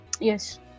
Yes